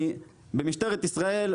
במשטרת ישראל,